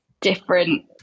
different